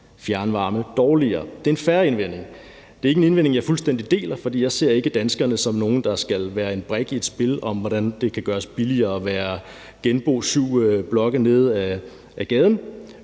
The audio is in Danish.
fjernvarme dårligere. Det er en fair indvending. Det er ikke en indvending, jeg fuldstændig deler, for jeg ser ikke danskerne som nogen, der skal være en brik i et spil om, hvordan det kan gøres billigere at være genbo syv blokke nede ad gaden.